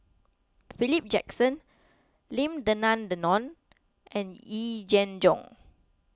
Philip Jackson Lim Denan Denon and Yee Jenn Jong